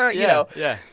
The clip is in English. ah yeah. yeah.